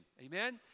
amen